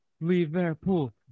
Liverpool